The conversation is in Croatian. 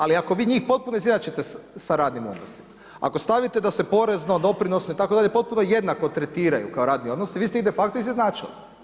ako vi njih potpuno izjednačite sa radnim odnosima, ako stavite da se porezno, doprinose itd., potpuno jednako tretiraju kao radni odnosi, vi ste ih de facto izjednačili.